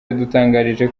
yadutangarije